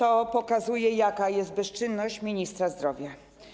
On pokazuje, jaka jest bezczynność ministra zdrowia.